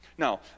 Now